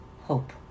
Hope